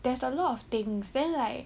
there's a lot of things then like